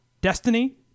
Destiny